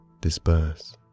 disperse